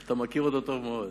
אתה מכיר אותו טוב מאוד.